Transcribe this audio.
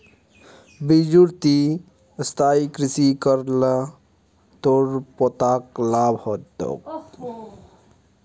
बिरजू ती स्थायी कृषि कर ल तोर पोताक लाभ ह तोक